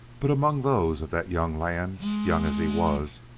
but among those of that young land, young as he was,